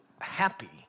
happy